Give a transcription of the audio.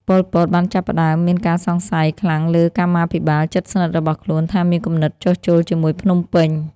ប៉ុល ពត បានចាប់ផ្ដើមមានការសង្ស័យខ្លាំងលើកម្មាភិបាលជិតស្និទ្ធរបស់ខ្លួនថាមានគំនិតចុះចូលជាមួយភ្នំពេញ។